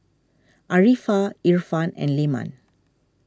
Arifa Irfan and Leman